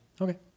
Okay